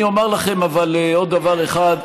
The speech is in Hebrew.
אבל אני אומר לכם עוד דבר אחד.